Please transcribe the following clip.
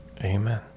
Amen